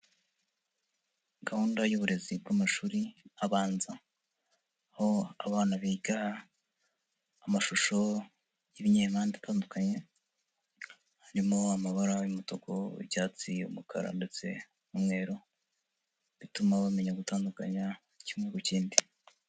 Gahunda y'uburezi bw'amashuri abanza, aho abana biga amashusho y'ibinyempande zitandukanye, harimo amabara y'umutuku, icyatsi, umukara ndetse n'umweru, bituma bamenya gutandukanya kimwe ku kindi.